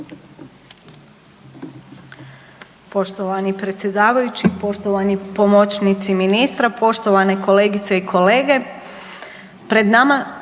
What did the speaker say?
Poštovani predsjedavajući, poštovani pomoćnici ministra, poštovane kolegice i kolege. Pred nama